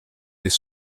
des